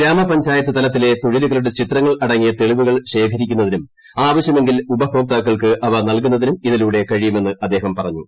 ഗ്രാമപഞ്ചായത്ത് തലത്തിലെ തൊഴിലുകളുടെ ചിത്രങ്ങൾ അടങ്ങിയ തെളിവുകൾ ശേഖരിക്കുന്നതിനും ആവശ്യമെങ്കിൽ ഉപഭോക്താക്കൾക്ക് അവ നൽകുന്നതിനും ഇതിലൂടെ കഴിയുമെന്ന് അദ്ദേഹം പറഞ്ഞു